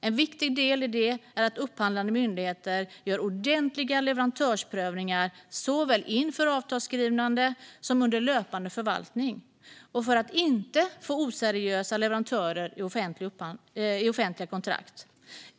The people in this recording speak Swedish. En viktig del i det är att upphandlande myndigheter gör ordentliga leverantörsprövningar såväl inför avtalsskrivande som under löpande förvaltning för att inte få oseriösa leverantörer i offentliga kontrakt.